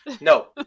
no